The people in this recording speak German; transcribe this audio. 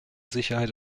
sicherheit